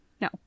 No